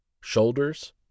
shoulders